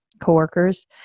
co-workers